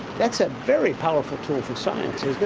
that's a very powerful tool for science,